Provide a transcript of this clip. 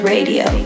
Radio